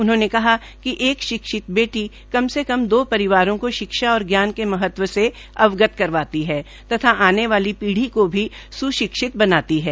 उन्होंने कहा कि एक शिक्षित बेटी कम से कम दो परिवारों को शिक्षा और ज्ञान के महत्व से अवगत करवाती है तथा आने वाली पीढ़ी को भी सुशिक्षित बनाती है